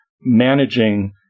managing